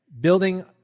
building